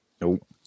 Nope